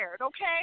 okay